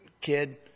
kid